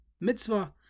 Mitzvah